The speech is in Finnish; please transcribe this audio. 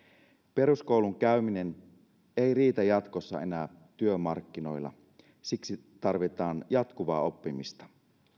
peruskoulun käyminen ei riitä jatkossa enää työmarkkinoilla siksi tarvitaan jatkuvaa oppimista